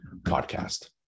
podcast